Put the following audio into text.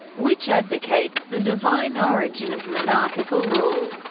which advocates the divine origin of monarchical rule,